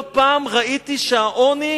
לא פעם ראיתי שהעוני